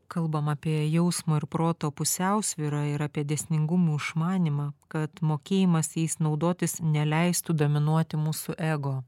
kalbam apie jausmo ir proto pusiausvyrą ir apie dėsningumų išmanymą kad mokėjimas jais naudotis neleistų dominuoti mūsų ego